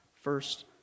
first